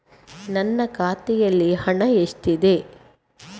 ನನ್ನ ಖಾತೆಯಲ್ಲಿ ಹಣ ಎಷ್ಟಿದೆ?